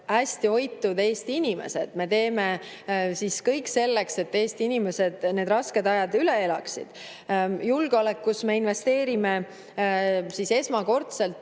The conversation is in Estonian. hästi hoitud Eesti inimesed. Me teeme kõik selleks, et Eesti inimesed need rasked ajad üle elaksid. Julgeolekus me investeerime esmakordselt